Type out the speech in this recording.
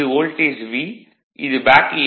இது voltage V இது back ஈ